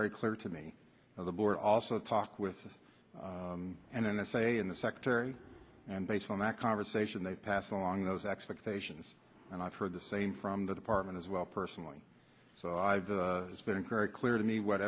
very clear to me of the board also talk with and then i say in the secretary and based on that conversation they pass along those expectations and i've heard the same from the department as well personally so i've been very clear to me what